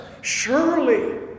surely